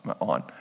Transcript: on